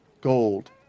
gold